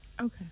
okay